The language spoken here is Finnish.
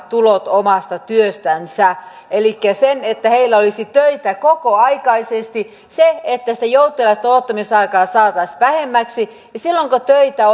tulot omasta työstänsä elikkä että heillä olisi töitä kokoaikaisesti että sitä joutilasta odottamisaikaa saataisiin vähemmäksi ja silloin kun töitä